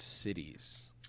cities